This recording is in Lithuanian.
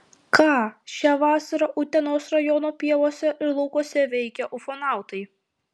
ką šią vasarą utenos rajono pievose ir laukuose veikė ufonautai